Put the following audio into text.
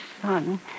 son